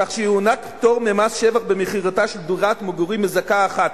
כך שיוענק פטור ממס שבח במכירתה של דירת מגורים מזכה אחת.